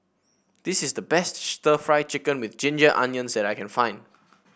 this is the best stir Fry Chicken with Ginger Onions that I can find